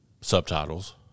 subtitles